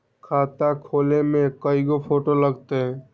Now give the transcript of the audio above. खाता खोले में कइगो फ़ोटो लगतै?